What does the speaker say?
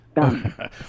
Done